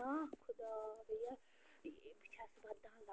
نا خۄدایا اے بہٕ چھَس وَدان